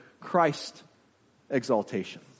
Christ-exaltation